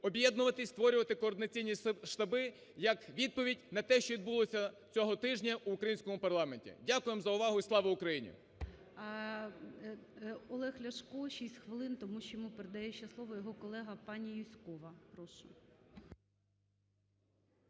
об'єднуватись і створювати координаційні штами як відповідь на те, що відбулося цього тижня в українському парламенті. Дякуємо за увагу. І Слава Україні! ГОЛОВУЮЧИЙ. Олег Ляшко 6 хвилин, тому що йому передає ще слово його колега пані Юзькова. Прошу.